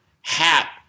hat